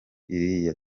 iriya